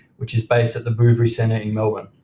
which is based at the bouverie centre in melbourne.